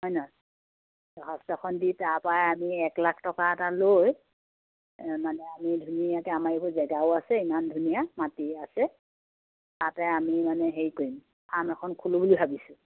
হয় নহয় দৰ্খাস্তখন দি তাৰপৰা আমি এক লাখ টকা এটা লৈ মানে আমি ধুনীয়াকৈ আমাৰ এইবোৰ জেগাও আছে ইমান ধুনীয়া মাটি আছে তাতে আমি মানে হেৰি কৰিম ফাৰ্ম এখন খোলোঁ বুলি ভাবিছোঁ